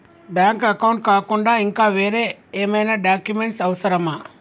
Bank account కాకుండా ఇంకా వేరే ఏమైనా డాక్యుమెంట్స్ అవసరమా?